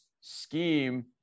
scheme